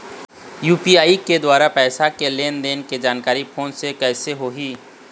UPI के द्वारा पैसा के लेन देन के जानकारी फोन से कइसे होही?